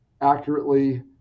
accurately